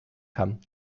kann